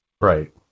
Right